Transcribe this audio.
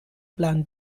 plan